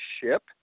ship